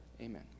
amen